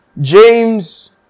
James